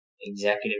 executive